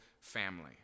family